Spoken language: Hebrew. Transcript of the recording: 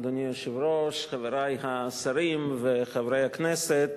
אדוני היושב-ראש, חברי השרים וחברי הכנסת,